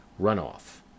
runoff